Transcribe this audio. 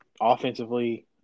offensively